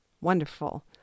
Wonderful